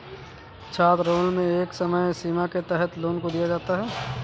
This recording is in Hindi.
छात्रलोन में एक समय सीमा के तहत लोन को दिया जाता है